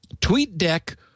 TweetDeck